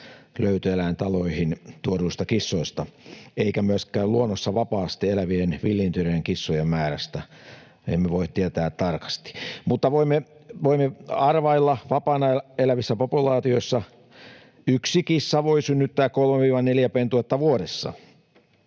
löytöeläintaloihin tuoduista kissoista eikä myöskään luonnossa vapaasti elävien villiintyneiden kissojen määrästä. Emme voi tietää tarkasti, mutta voimme arvailla: vapaana elävissä populaatioissa yksi kissa voi synnyttää 3—4 pentuetta vuodessa.